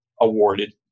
awarded